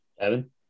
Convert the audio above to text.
Evan